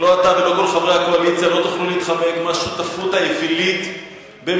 לא אתה ולא כל חברי הקואליציה לא תוכלו להתחמק מהשותפות האווילית בממשלה